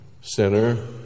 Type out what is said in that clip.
Sinner